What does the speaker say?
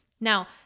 Now